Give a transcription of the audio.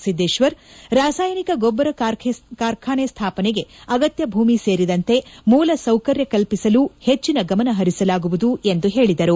ಸಿದ್ದೇಶ್ವರ್ ರಾಸಾಯನಿಕ ಗೊಬ್ಬರ ಕಾರ್ಖಾನೆ ಸ್ವಾಪನೆಗೆ ಅಗತ್ಯ ಭೂಮಿ ಸೇರಿದಂತೆ ಮೂಲಸೌಕರ್ಯ ಕಲ್ಪಿಸಲು ಹೆಚ್ಚಿನ ಗಮನಪರಿಸಲಾಗುವುದು ಎಂದು ಹೇಳಿದರು